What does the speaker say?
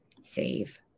save